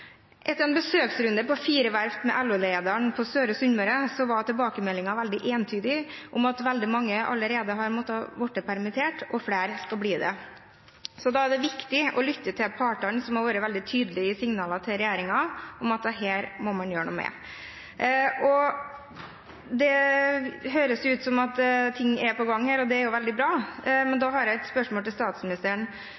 Etter en besøksrunde på fire verft med LO-lederen på Søre Sunnmøre var tilbakemeldingen veldig entydig: Veldig mange har allerede måttet bli permittert, og flere skal bli det. Da er det viktig å lytte til partene, som har vært veldig tydelige i signalene til regjeringen om at dette må man gjøre noe med. Det høres ut som om ting er på gang her, og det er veldig bra. Men da har jeg et spørsmål til statsministeren: